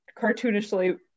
cartoonishly